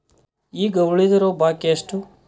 ಈಗ ಉಳಿದಿರೋ ಬಾಕಿ ಎಷ್ಟು?